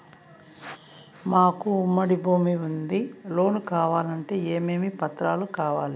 మాకు ఉమ్మడి భూమి ఉంది లోను కావాలంటే ఏమేమి పత్రాలు కావాలి?